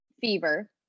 fever